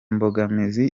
mbogamizi